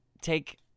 take